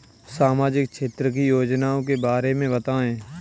सामाजिक क्षेत्र की योजनाओं के बारे में बताएँ?